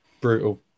Brutal